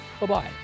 bye-bye